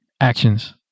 actions